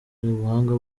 ubuhanga